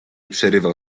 przerywał